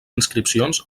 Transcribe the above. inscripcions